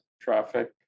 traffic